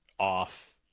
off